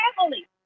family